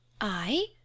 I